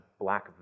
black